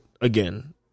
Again